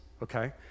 Okay